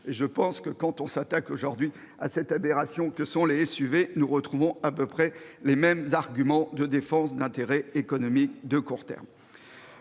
la ministre. Quand on s'attaque aujourd'hui à cette aberration que sont les SUV, nous retrouvons à peu près les mêmes arguments de défense d'intérêts économiques de court terme.